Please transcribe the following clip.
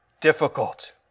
difficult